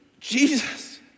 Jesus